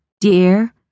dear